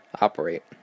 operate